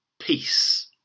peace